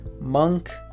Monk